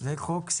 נכון.